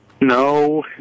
No